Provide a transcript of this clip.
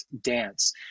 dance